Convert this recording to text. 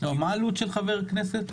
מה העלות של חבר כנסת?